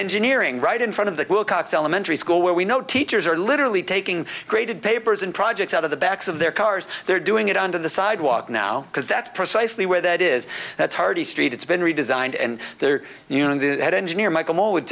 engineering right in front of that wilcox elementary school where we know teachers are literally taking graded papers and projects out of the backs of their cars they're doing it under the sidewalk now because that's precisely where that is that's hardly street it's been redesigned and there you know the engineer michael moore would